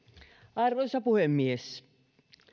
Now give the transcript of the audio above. arvoisa puhemies